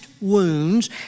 Wounds